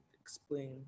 explain